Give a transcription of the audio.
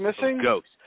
ghost